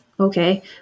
Okay